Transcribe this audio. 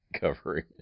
covering